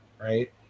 right